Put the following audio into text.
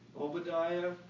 Obadiah